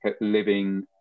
living